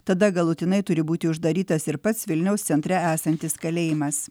tada galutinai turi būti uždarytas ir pats vilniaus centre esantis kalėjimas